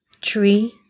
tree